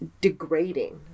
degrading